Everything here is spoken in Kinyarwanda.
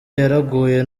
yaraguye